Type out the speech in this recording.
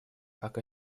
как